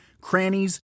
crannies